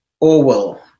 Orwell